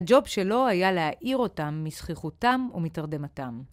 הג'וב שלו היה להעיר אותם מזחיחותם ומתרדמתם.